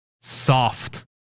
soft